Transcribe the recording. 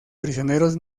prisioneros